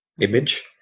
image